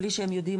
בלי שהם יודעים,